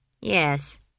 yes